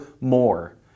more